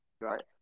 Right